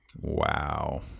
Wow